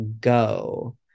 go